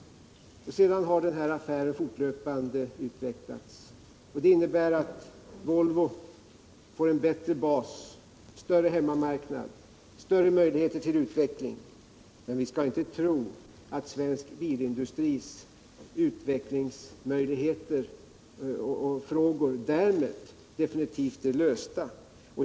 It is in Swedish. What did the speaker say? Sedan har den här affären fortlöpande utvecklats. Den innebär att Volvo får en bättre bas, större hemmamarknad och större möjlighet till utveckling. Men man skall inte tro att svensk bilindustris utvecklingsfrågor därmed definitivt är lösta.